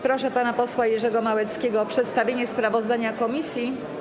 Proszę pana posła Jerzego Małeckiego o przedstawienie sprawozdania komisji.